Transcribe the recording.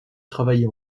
travailler